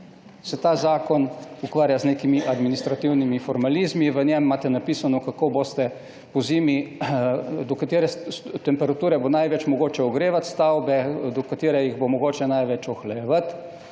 se ta zakon ukvarja z nekimi administrativnimi formalizmi. V njem imate napisano, do katere temperature bo pozimi največ mogoče ogrevati stavbe, do katere jih bo mogoče največ ohlajevati,